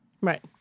Right